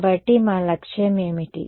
కాబట్టి మా లక్ష్యం ఏమిటి